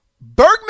Bergman